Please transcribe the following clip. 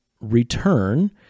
return